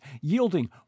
yielding